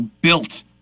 built